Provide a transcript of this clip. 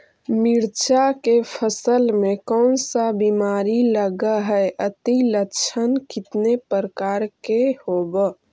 मीरचा के फसल मे कोन सा बीमारी लगहय, अती लक्षण कितने प्रकार के होब?